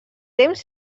temps